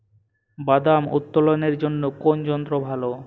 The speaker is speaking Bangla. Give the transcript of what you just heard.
বাদাম উত্তোলনের জন্য কোন যন্ত্র ভালো?